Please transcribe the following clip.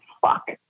fuck